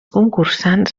concursants